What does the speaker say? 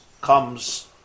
comes